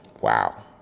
Wow